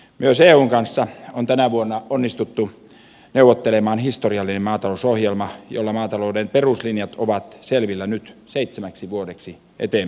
myös eun kanssa on tänä vuonna onnistuttu neuvottelemaan historiallinen maatalousohjelma jolla maatalouden peruslinjat ovat selvillä nyt seitsemäksi vuodeksi eteenpäin